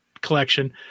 collection